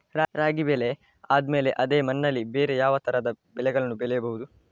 ರಾಗಿ ಬೆಳೆ ಆದ್ಮೇಲೆ ಅದೇ ಮಣ್ಣಲ್ಲಿ ಬೇರೆ ಯಾವ ತರದ ಬೆಳೆಗಳನ್ನು ಬೆಳೆಯಬಹುದು?